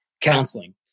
counseling